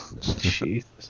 Jesus